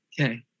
Okay